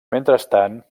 mentrestant